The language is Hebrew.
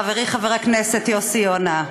חברי חבר הכנסת יוסי יונה,